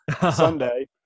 Sunday